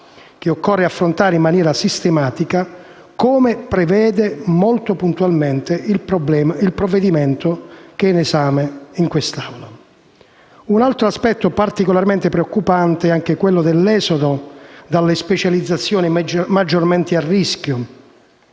che occorre affrontare in maniera sistematica, come prevede molto puntualmente il provvedimento all'esame di quest'Assemblea. Un altro aspetto particolarmente preoccupante è quello dell'esodo dalle specializzazioni maggiormente esposte